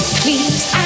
please